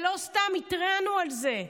ולא סתם התרענו על זה,